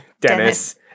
Dennis –